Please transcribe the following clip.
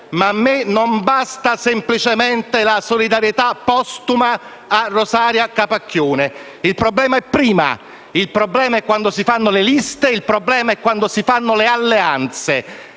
ma a me non basta semplicemente la solidarietà postuma a Rosaria Capacchione. Il problema si pone prima: quando si fanno le liste e quando si fanno le alleanze.